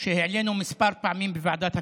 זה נושא שהעלינו כמה פעמים בוועדת הכספים.